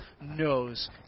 knows